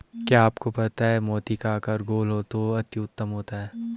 क्या आपको पता है मोती का आकार गोल हो तो अति उत्तम होता है